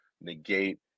negate